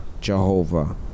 Jehovah